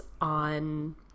on